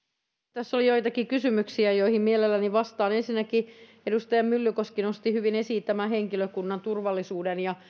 tässä on joitakin kysymyksiä joihin mielelläni vastaan ensinnäkin edustaja myllykoski nosti hyvin esiin tämän henkilökunnan turvallisuuden ja